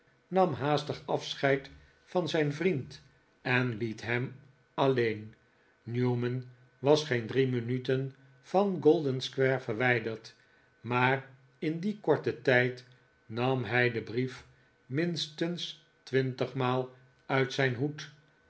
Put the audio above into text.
nam haastig afscheid van zijn vriend en liet hem alleen newman was geen drie minuten van golden-square verwijderd maar in dien korten tijd nam hij den brief minstens twintig maal uit zijn hoed